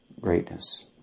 greatness